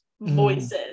voices